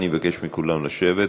אני מבקש מכולם לשבת.